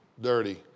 dirty